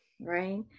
right